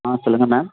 ஆ சொல்லுங்க மேம்